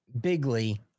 bigly